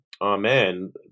Amen